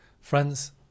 Friends